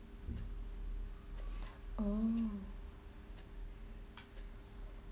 oh